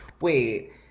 wait